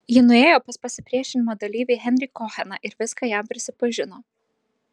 ji nuėjo pas pasipriešinimo dalyvį henrį koheną ir viską jam prisipažino